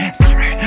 sorry